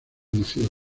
nacido